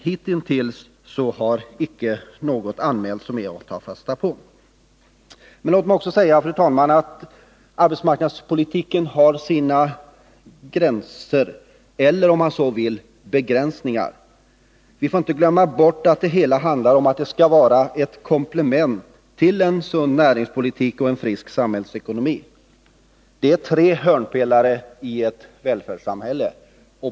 Hittills har socialdemokraterna emellertid inte kommit med något förslag som det går att ta fasta på. Arbetsmarknadspolitiken har sina gränser eller, om man så vill, begränsningar. Vi får inte glömma att den skall vara ett komplement till en sund näringspolitik och en frisk samhällsekonomi. Det är tre hörnpelare i ett välfärdssamhälle.